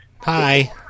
Hi